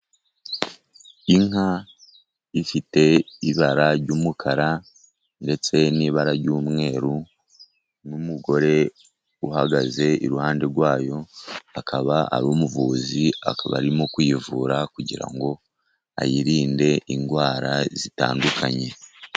Inka ifite ibara ry'umukara ndetse n'ibara ry'umweru n'umugore uhagaze iruhande rwayo, akaba ari umuvuzi akaba arimo kuyivura, kugira ngo ayirinde indwara zitandukanye.